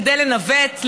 כדי לנווט,